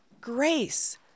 grace